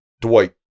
Dwight